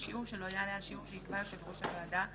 בשיעור שלא יעלה על שיעור שיקבע יושב ראש הוועדה המרכזית,